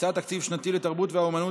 הקצאת תקציב שנתי לתרבות והאומנות),